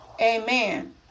Amen